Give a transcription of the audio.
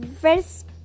first